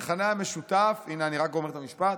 המכנה המשותף, הינה, אני רק גומר את המשפט,